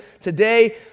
today